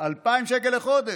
2,000 שקל לחודש,